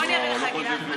בוא, אני אראה לך, גלעד.